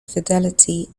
fidelity